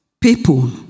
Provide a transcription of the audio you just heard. people